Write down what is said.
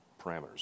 parameters